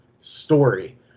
story